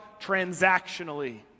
transactionally